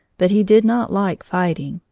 but he did not like fighting.